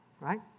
right